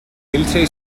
military